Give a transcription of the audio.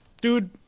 Dude